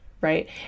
right